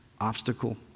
obstacle